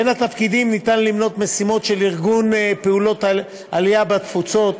בין התפקידים ניתן למנות משימות של ארגון פעולות עלייה בתפוצות,